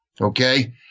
Okay